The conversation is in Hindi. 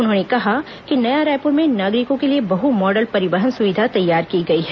उन्होंने कहा कि नया रायपूर में नागरिकों के लिए बह मॉडल परिवहन सुविधा तैयार की गई है